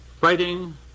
fighting